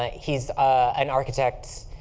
ah he's an architect.